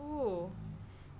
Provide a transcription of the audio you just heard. oo so